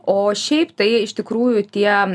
o šiaip tai iš tikrųjų tie